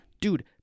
Dude